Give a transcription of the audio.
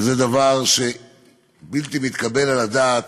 וזה דבר בלתי מתקבל על הדעת.